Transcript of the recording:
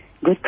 Good